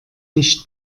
nicht